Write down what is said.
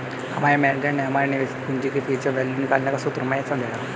हमारे मेनेजर ने हमारे निवेशित पूंजी की फ्यूचर वैल्यू निकालने का सूत्र हमें समझाया